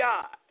God